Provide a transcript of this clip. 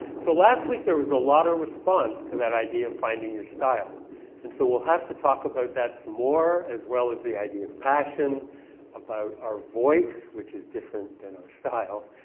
so last week there was a lot of response to that idea of finding your style and so we'll have to talk about that some more, as well as the idea of passion about our voice, which is different than our style,